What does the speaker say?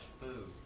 food